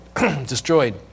Destroyed